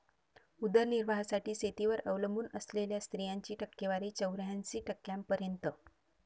उदरनिर्वाहासाठी शेतीवर अवलंबून असलेल्या स्त्रियांची टक्केवारी चौऱ्याऐंशी टक्क्यांपर्यंत